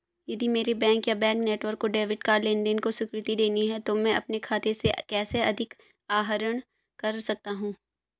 यदि मेरे बैंक या बैंक नेटवर्क को डेबिट कार्ड लेनदेन को स्वीकृति देनी है तो मैं अपने खाते से कैसे अधिक आहरण कर सकता हूँ?